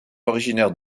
originaires